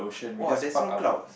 !wah! there's no cloud